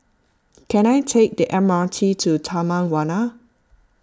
can I take the M R T to Taman Warna